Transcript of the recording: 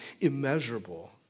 immeasurable